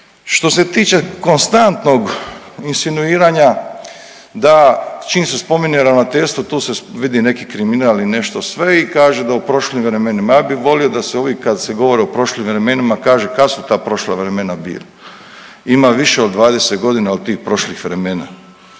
Što se tiče konstantnog insinuiranja da čim se spominje ravnateljstvo tu se vidi neki kriminal i nešto sve i kaže da u prošlim vremenima. Ja bih volio da se uvijek kada se govori o prošlim vremenima kaže kada su ta prošla vremena bila. Ima više od 20 godina od tih prošlih vremena.